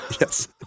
Yes